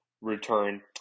return